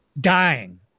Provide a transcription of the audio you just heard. dying